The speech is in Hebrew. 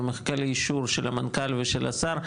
ומחכה לאישור של המנכ"ל ושל השר,